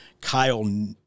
Kyle